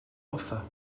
offer